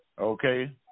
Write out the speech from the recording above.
okay